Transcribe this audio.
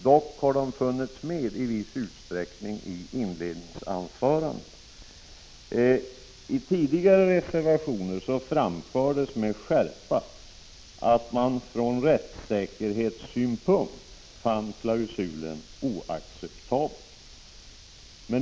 Dock har de i viss utsträckning funnits med i inledningsanförandena. I tidigare reservationer framfördes med skärpa att man från rättssäkerhetssynpunkt fann klausulen oacceptabel.